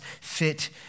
fit